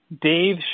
Dave